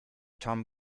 tom